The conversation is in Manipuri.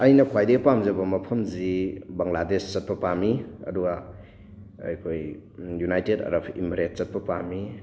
ꯑꯩꯅ ꯈ꯭ꯋꯥꯏꯗꯒꯤ ꯄꯥꯝꯖꯕ ꯃꯐꯝꯁꯤ ꯕꯪꯒ꯭ꯂꯥꯗꯦꯁ ꯆꯠꯄ ꯄꯥꯝꯃꯤ ꯑꯗꯨꯒ ꯑꯩꯈꯣꯏ ꯌꯨꯅꯥꯏꯇꯦꯠ ꯑꯔꯞ ꯏꯃꯔꯦꯠ ꯆꯠꯄ ꯄꯥꯝꯃꯤ